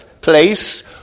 place